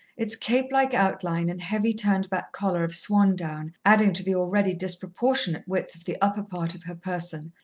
its cape-like outline and heavy, turned-back collar of swan-down adding to the already disproportionate width of the upper part of her person,